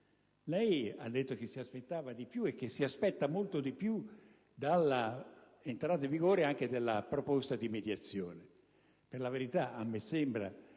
Lei ha affermato che si aspettava di più e che si aspetta molto di più dall'entrata in vigore della proposta di mediazione. Per la verità, a me sembra